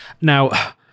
now